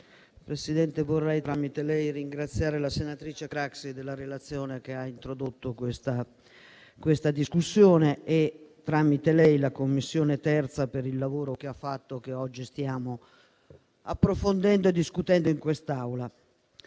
Presidente, tramite lei vorrei ringraziare la senatrice Craxi per la relazione che ha introdotto questa discussione e la 3a Commissione per il lavoro che ha fatto e che oggi stiamo approfondendo e discutendo in quest'Aula.